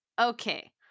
okay